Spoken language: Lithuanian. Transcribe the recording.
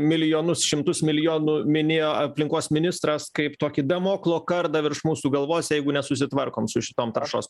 milijonus šimtus milijonų minėjo aplinkos ministras kaip tokį damoklo kardą virš mūsų galvos jeigu nesusitvarkom su šitom trąšos